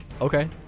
Okay